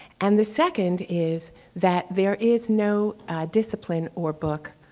and the second is that there is no discipline or book